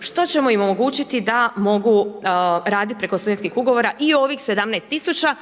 što ćemo im omogućiti da mogu raditi preko studentskih ugovora i ovih 17